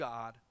God